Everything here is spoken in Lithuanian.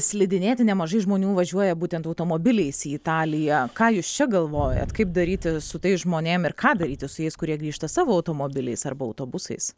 slidinėti nemažai žmonių važiuoja būtent automobiliais į italiją ką jūs čia galvojat kaip daryti su tais žmonėm ir ką daryti su jais kurie grįžta savo automobiliais arba autobusais